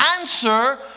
answer